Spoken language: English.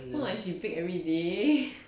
it's not like she bake everyday